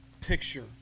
picture